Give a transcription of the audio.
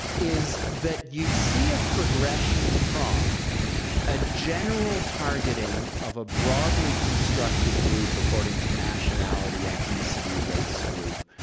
is that you see a progression from a general targeting of a broadly constructed group according to nationality, ethnicity, race group,